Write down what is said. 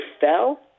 fell